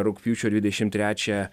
rugpjūčio dvidešim trečią